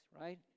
right